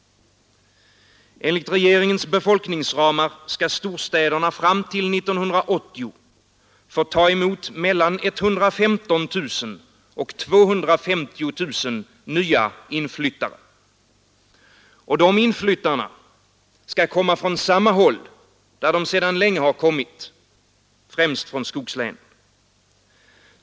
Enligt regeringens befolkningsramar skall storstäderna fram till 1980 få ta emot mellan 115 000 och 250 000 nya inflyttare. Och de inflyttarna skall komma från samma håll som de sedan länge har kommit från: främst från skogslänen.